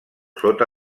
sota